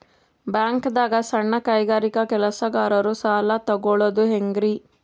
ಬ್ಯಾಂಕ್ದಾಗ ಸಣ್ಣ ಕೈಗಾರಿಕಾ ಕೆಲಸಗಾರರು ಸಾಲ ತಗೊಳದ್ ಹೇಂಗ್ರಿ?